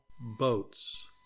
boats